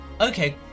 okay